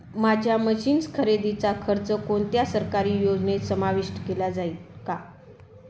माझ्या मशीन्स खरेदीचा खर्च कोणत्या सरकारी योजनेत समाविष्ट केला जाईल का?